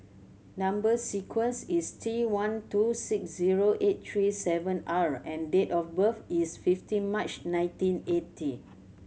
number sequence is T one two six zero eight three seven R and date of birth is fifteen March nineteen eighty